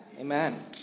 Amen